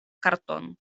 karton